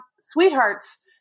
sweethearts